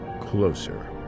closer